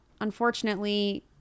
unfortunately